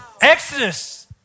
Exodus